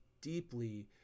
deeply